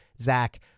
Zach